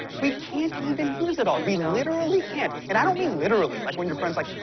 we can't even use it all, we literally can't. and i don't mean literally like when your friend's like,